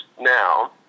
now